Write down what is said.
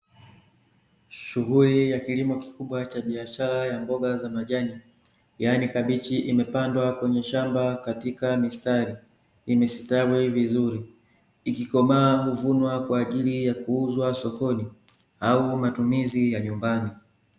Shughuli ya kilimo kikubwa cha biashara ya mboga za majani, yaani kabichi. Imepandwa kwenye shamba katika mistari, imesitawi vizuri. Ikikomaa huvunwa kwa ajili ya kuuzwa sokoni au matumizi ya nyumbani.